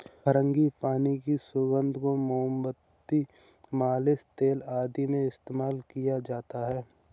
frangipani की सुगंध को मोमबत्ती, मालिश तेल आदि में इस्तेमाल किया जाता है